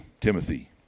Timothy